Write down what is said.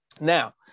Now